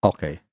Okay